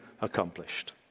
accomplished